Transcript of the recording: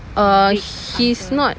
uh he's not